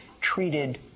treated